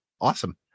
awesome